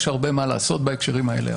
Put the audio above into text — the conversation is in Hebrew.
יש הרבה מה לעשות בהקשרים האלה.